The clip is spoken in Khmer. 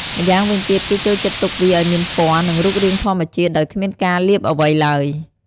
ម្យ៉ាងវិញទៀត គេចូលចិត្តទុកវាឲ្យមានពណ៌ និងរូបរាងធម្មជាតិ ដោយគ្មានការលាបអ្វីឡើយ។